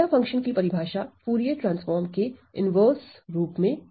delta function की परिभाषा Fourier transform के इनवर्स रूप में